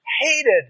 hated